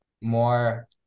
more